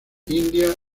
india